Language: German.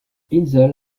insel